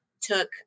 took